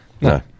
No